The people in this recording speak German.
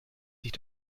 sich